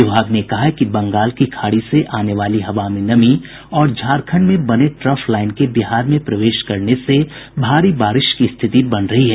विभाग ने कहा है कि बंगाल की खाड़ी से आने वाली हवा में नमी और झारखंड में बने ट्रफ लाईन के बिहार में प्रवेश करने से भारी बारिश की स्थिति बन रही है